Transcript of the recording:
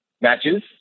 matches